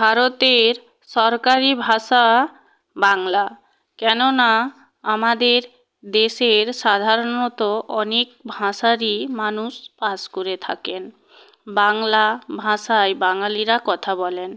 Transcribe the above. ভারতের সরকারি ভাষা বাংলা কেননা আমাদের দেশের সাধারণত অনেক ভাষারই মানুষ বাস করে থাকেন বাংলা ভাষায় বাঙালিরা কথা বলেন